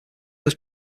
was